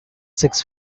six